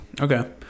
Okay